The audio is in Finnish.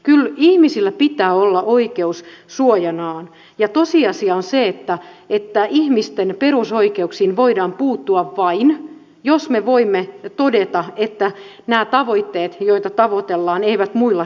kyllä ihmisillä pitää olla oikeus suojanaan ja tosiasia on se että ihmisten perusoikeuksiin voidaan puuttua vain jos me voimme todeta että nämä tavoitteet joita tavoitellaan eivät muilla keinoin synny